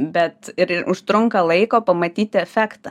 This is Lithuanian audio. bet ir užtrunka laiko pamatyti efektą